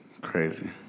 Crazy